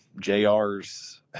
Jr's